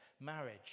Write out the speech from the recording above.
Marriage